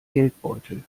geldbeutel